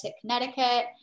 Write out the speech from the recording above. Connecticut